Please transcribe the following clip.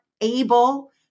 able